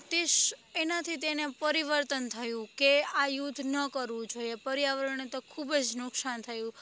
તે એનાથી તેને પરિવર્તન થયું કે આ યુદ્ધ ન કરવું જોઈએ પર્યાવરણ તો ખૂબ જ નુકસાન થયું